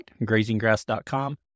grazinggrass.com